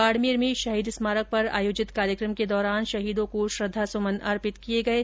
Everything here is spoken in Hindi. बाडमेर में शहीद स्मारक पर आयोजित कार्यक्रम के दौरान शहीदों को श्रद्वासुमन अर्पित किये गये